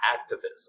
activism